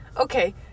okay